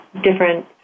different